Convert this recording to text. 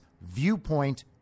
viewpoint